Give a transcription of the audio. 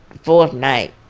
fourth night,